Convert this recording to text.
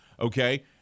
Okay